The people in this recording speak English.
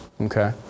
okay